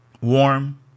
Warm